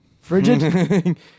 Frigid